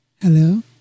Hello